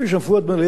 משה שחל,